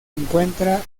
encuentra